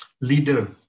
leader